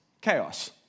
chaos